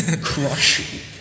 crush